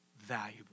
valuable